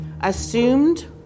assumed